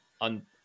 on